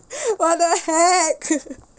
what the heck